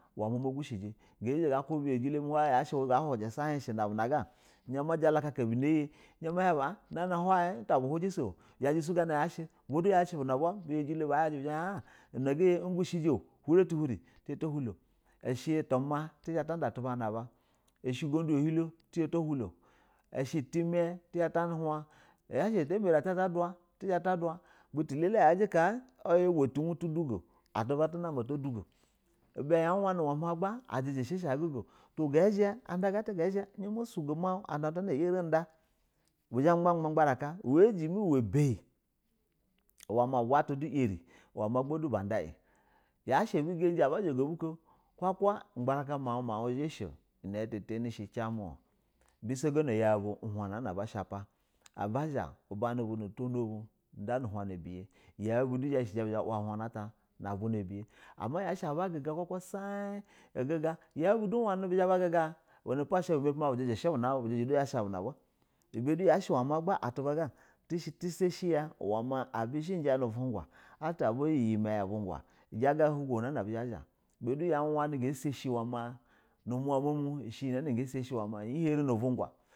Uwɛ ma na gushɛjɛ ya shɛ ga kubu haw biyajalo mɛ ga ku bi hiyɛ shɛ, ishɛ na bu na ga izha ma jalaka buna yɛ izha ma hnn bu nana how uta bu hujɛ shz yajɛ su gana yashɛ, buna ba liyaje lo how gana yash ma han a wol ugu shɛjo hurɛ tu hurɛ, ta hulo ishɛ tuma ta da a tuba na ba, shɛ. Ugundu ya hinlo tizha ta hulo, ushɛ tima tizha ta houni yashɛ atabarɛ ati zha ta do tizha ta do butu ba lele ka yaji ubu tuwe tizha ta hindi atu ba tu na bo ata do go, bijɛ shɛ shɛ bagugo and ga zha izha ma sugo mau nana iriɛ ada bina mama baraka, uwɛ jɛmɛ uwɛ bayɛ. Uwɛ ma uba ata du irɛ ma bada ini yashɛ abu gajɛ aba zha go bu ko kaka, ubaraka ugbarahu mau, mau zhashɛ ina alɛ tanɛ shɛcɛ, bisogono yau bu uhura nana aba shapa, aba zha uba nubu nu tono bu da nu uhana biyɛ, yau bu du bizha ba wa abuno ata nahuna ubɛyɛ yashɛ aba kuga gata sai. Yau butu wanɛ bɛ zha ba guga, wa napo ashɛ bɛmpɛ ma bujɛ shɛ bna bu ibɛ jiji shɛ dai yashɛ atatuba ga tishɛ tisashɛ ya abu zhɛjɛ nu uvwnga abiyi yi mayɛ uvwaga yaga lugona abishɛ ba zha bi du ga sashɛ um ma nanuma nu ishɛ iyɛ na gasa sh iyɛ harɛ nuuw nga.